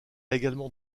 également